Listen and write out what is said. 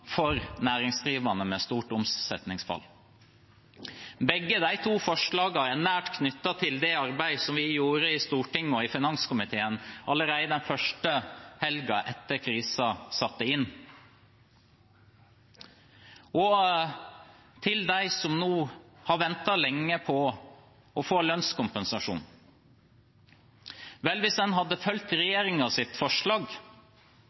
for næringsdrivende med stort omsetningsfall. Begge de to forslagene er nært knyttet til det arbeidet vi gjorde i Stortinget og i finanskomiteen allerede den første helgen etter at krisen satte inn. Til dem som nå har ventet lenge på å få lønnskompensasjon – vel, hvis en hadde fulgt